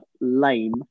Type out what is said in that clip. lame